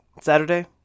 Saturday